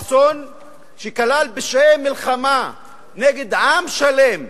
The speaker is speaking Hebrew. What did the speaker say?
אסון שכלל פשעי מלחמה נגד עם שלם,